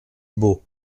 bos